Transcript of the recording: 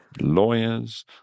Lawyers